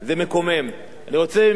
אני רוצה לומר מלה על דרום-סודן.